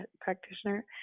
practitioner